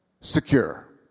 secure